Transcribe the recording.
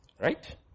Right